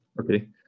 Okay